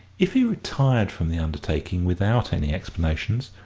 if he retired from the undertaking without any explanations,